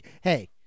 hey